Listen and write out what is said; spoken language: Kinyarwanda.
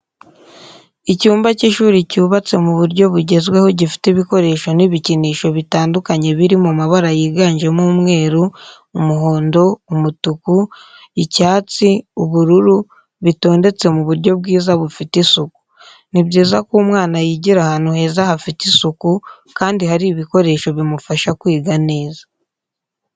Icyumba cy'ishuri cyubatse mu buryo bugezweho gifite ibikoresho n'ibikinisho bitandukanye biri mabara yiganjemo umweru, umuhondo, umutuku, icyatsi ubururu bitondetse mu buryo bwiza bufite isuku. Ni byiza ko umwana yigira ahantu heza hafite isuku kandi hari ibikoresho bimufasha kwiga neza.